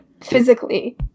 Physically